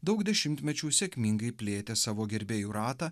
daug dešimtmečių sėkmingai plėtė savo gerbėjų ratą